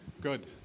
Good